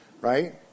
right